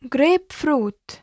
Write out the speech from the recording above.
Grapefruit